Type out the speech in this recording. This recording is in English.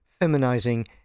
feminizing